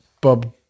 Bob